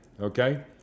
Okay